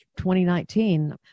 2019